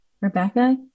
Rebecca